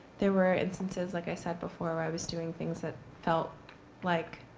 there were instances, like i said before, i was doing things that felt like